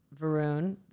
Varun